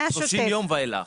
30 ימים ואילך.